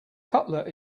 cutlet